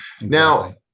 Now